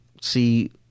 see –